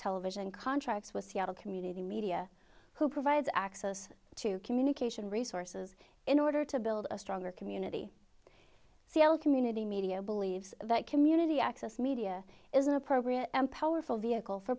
television contract with seattle community media who provides access to communication resources in order to build a stronger community c l community media believes that community access media is an appropriate and powerful vehicle for